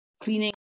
cleaning